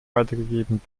weitergegeben